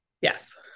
yes